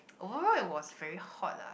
overall it was very hot lah